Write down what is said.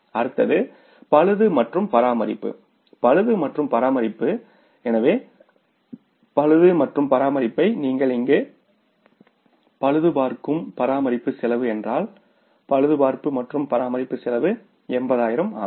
அடுத்தது பழுது மற்றும் பராமரிப்பு பழுது மற்றும் பராமரிப்பு எனவே பழுது மற்றும் பராமரிப்பை நீங்கள் இங்கு பழுதுபார்க்கும் பராமரிப்பு செலவு என்றால் பழுதுபார்ப்பு மற்றும் பராமரிப்பு செலவு 80000 ஆகும்